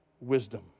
wisdom